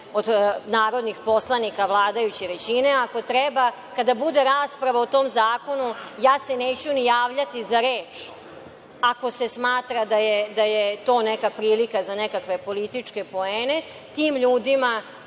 od narodnih poslanika vladajuće većine. Ako treba, kada bude rasprava o tom zakonu, ja se neću javljati za reč, ako se smatra da je to neka prilika za nekakve političke poene. Tim ljudima